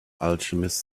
alchemist